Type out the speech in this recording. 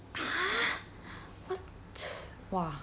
!huh! what !wah!